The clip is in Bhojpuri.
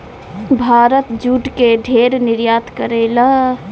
भारत जूट के ढेर निर्यात करेला